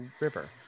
river